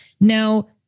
Now